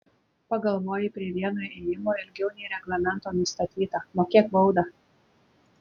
pagalvojai prie vieno ėjimo ilgiau nei reglamento nustatyta mokėk baudą